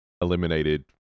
eliminated